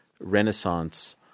renaissance